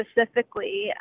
specifically